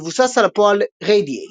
המבוסס על הפועל "radiate".